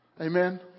Amen